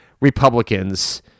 Republicans